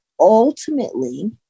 ultimately